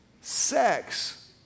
sex